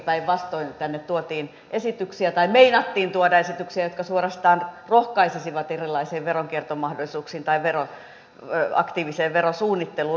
päinvastoin tänne tuotiin esityksiä tai meinattiin tuoda esityksiä jotka suorastaan rohkaisisivat erilaisiin veronkiertomahdollisuuksiin tai aktiiviseen verosuunnitteluun